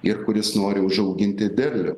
ir kuris nori užauginti derlių